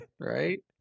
Right